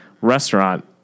restaurant